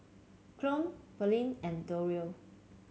Claud Pearlene and Dario